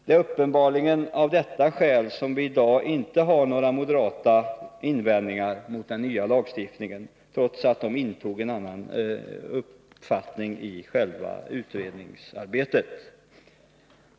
Det är uppenbarligen av detta skäl som vi i dag inte har några moderata invändningar mot den nya lagstiftningen, trots att de hade en annan uppfattning i själva utredningsarbetet.